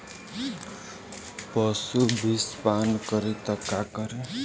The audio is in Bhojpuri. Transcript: पशु विषपान करी त का करी?